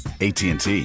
ATT